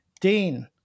Dean